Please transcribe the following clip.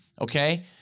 okay